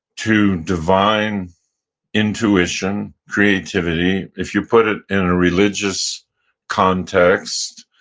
to divine intuition, creativity. if you put it in a religious context,